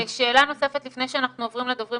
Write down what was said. ושאלה נוספת לפני שאנחנו עוברים לדוברים